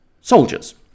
soldiers